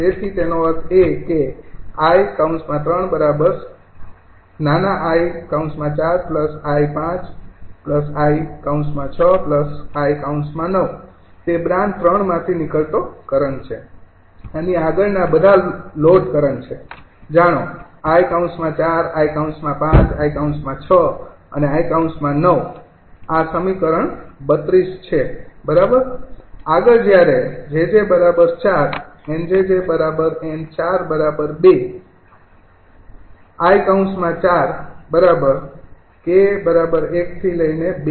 તેથી તેનો અર્થ એ કે 𝐼૩𝑖૪𝑖૫𝑖૬𝑖૯ તે બ્રાન્ચ ૩ માથી નિકળતો કરંટ છે આની આગળના બધા લોડ કરંટ છે જાણો 𝑖૪ 𝑖૫ 𝑖૬ and 𝑖૯ આ સમીકરણ 32 છે બરાબર આગળ જ્યારે 𝑗𝑗 ૪ 𝑁𝑗𝑗 𝑁 ૪ ૨